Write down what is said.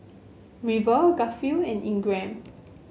River Garfield and Ingram